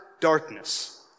darkness